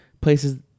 places